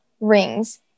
rings